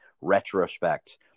retrospect